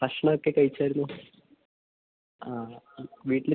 ഭക്ഷണം ഒക്കെ കഴിച്ചായിരുന്നോ ആ മ് വീട്ടിൽ